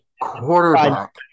quarterback